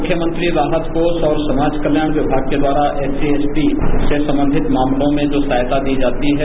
मुख्यमंत्री राहत कोष और समाज कल्याण विभाग के द्वारा एससीएसटी से संबंधित मामलों में जो सहायता दी जाती है